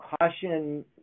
caution